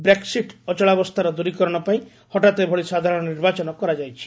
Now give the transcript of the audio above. Brexit ଅଚଳାବସ୍ଥାର ଦୂରୀକରଣ ପାଇଁ ହଠାତ୍ ଏଭଳି ସାଧାରଣ ନିର୍ବାଚନ କରାଯାଉଛି